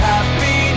Happy